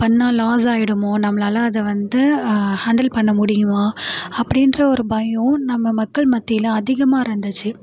பண்ணால் லாஸ் ஆகிடுமோ நம்மளால் அதை வந்து ஹாண்டில் பண்ண முடியுமா அப்படின்ற ஒரு பயம் நம்ம மக்கள் மத்தியில அதிகமாக இருந்துச்சு